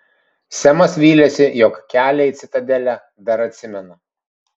semas vylėsi jog kelią į citadelę dar atsimena